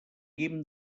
guim